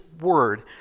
word